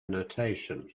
notation